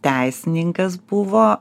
teisininkas buvo